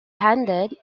handed